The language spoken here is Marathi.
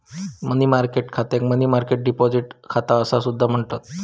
मनी मार्केट खात्याक मनी मार्केट डिपॉझिट खाता असा सुद्धा म्हणतत